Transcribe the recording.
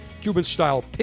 Cuban-style